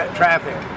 traffic